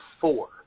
four